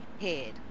head